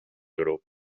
grup